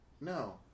No